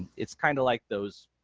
it's kind of like those